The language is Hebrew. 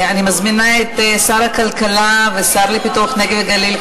אני מזמינה את שר הכלכלה והשר לפיתוח הנגב והגליל,